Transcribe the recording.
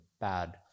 bad